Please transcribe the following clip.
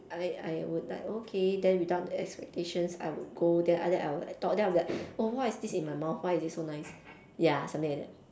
I I would like okay then without the expectations I would go then then I would thought what is this in my mouth why is it so nice ya something like that